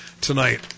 tonight